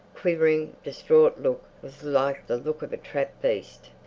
quivering, distraught look was like the look of a trapped beast.